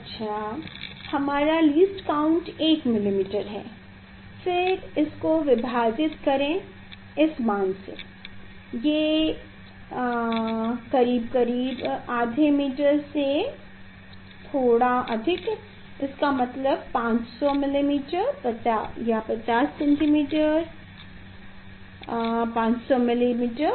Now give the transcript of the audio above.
अच्छा हमारा least count 1 millimetre है फिर इसको विभाजित करें इस मान से ये करीब करीब आधे मीटर से थोड़ा अधिक है इसका मतलब है 500 मिलीमीटर 50 सेंटीमीटर 500 मिलीमीटर